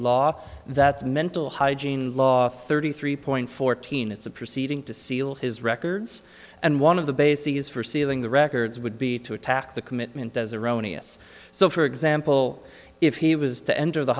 law that's mental hygiene law thirty three point fourteen it's a proceeding to seal his records and one of the bases for sealing the records would be to attack the commitment as erroneous so for example if he was to enter the